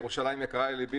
ירושלים יקרה ללבי,